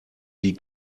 die